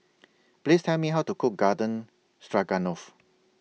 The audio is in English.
Please Tell Me How to Cook Garden Stroganoff